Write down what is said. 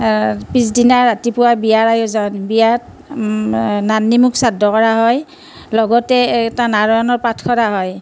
পিছদিনা ৰাতিপুৱা বিয়াৰ আয়োজন বিয়াত নান্বিমুখ শ্ৰাদ্ধ কৰা হয় লগতে এটা নাৰায়ণৰ পাঠ কৰা হয়